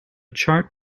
chart